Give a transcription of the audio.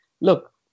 look